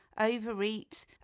overeat